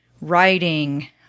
writing